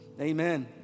Amen